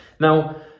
Now